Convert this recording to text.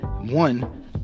one